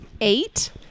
eight